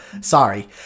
sorry